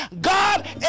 God